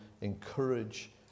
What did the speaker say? encourage